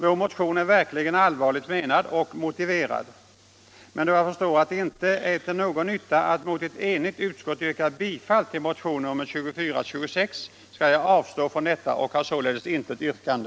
Vår motion är verkligen allvarligt menad och motiverad. Men då jag förstår att det inte är till någon nytta att mot ett enigt utskott yrka bifall till motion nr 2426, skall jag avstå från detta och har således intet yrkande.